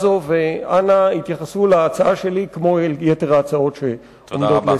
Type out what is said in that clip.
אנא התייחסו להצעה שלי כמו אל יתר ההצעות לסדר-היום.